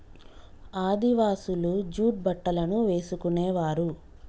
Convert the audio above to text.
ఆదివాసులు జూట్ బట్టలను వేసుకునేవారు